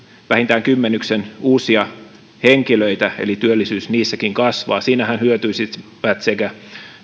vähintään kymmenyksen uusia henkilöitä eli työllisyys niissäkin kasvaa siinähän hyötyisivät sekä